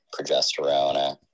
progesterone